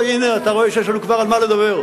הנה, אתה רואה שיש לנו כבר על מה לדבר.